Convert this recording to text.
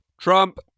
Trump